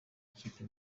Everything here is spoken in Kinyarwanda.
ikipe